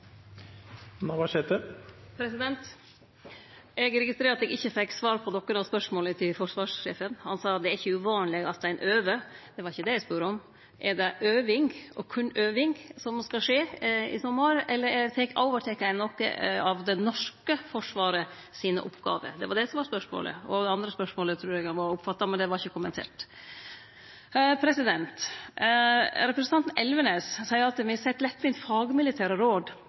Eg registrerte at eg ikkje fekk svar på nokon av spørsmåla til forsvarsministeren. Det er altså ikkje uvanleg at ein øver, men det var ikkje det eg spurde om. Er det øving, og berre øving, som skal skje i sommar, eller overtek ein noko av det norske forsvaret sine oppgåver? Det var det eine spørsmålet. Det andre spørsmålet trur eg òg han må ha oppfatta, men det vart ikkje kommentert. Representanten Elvenes seier at me lettvint set fagmilitære råd